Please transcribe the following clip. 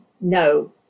no